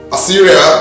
Assyria